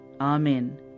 Amen